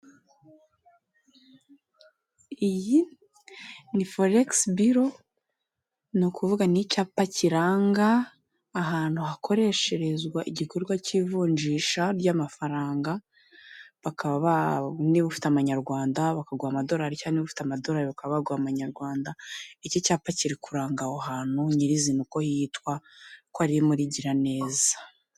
Iyi ni foregisi biro ni ukuvuga n'icyapa kiranga ahantu hakoresherezwa igikorwa cy'ivunjisha ry'amafaranga bakaba niba ufite abanyarwanda bakaguraha amadolari cyangwa niba ufite amadolari bakaba baguha amanyarwanda, iki cyapa kiri kuranga aho hantu nyirizina uko hitwa ko ari muri giraneza.